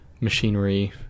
machinery